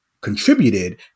contributed